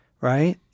right